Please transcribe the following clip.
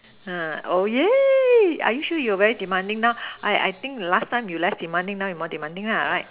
ha oh yeah are you sure you're very demanding now I I think last time you less demanding now you more demanding ah right